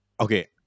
Okay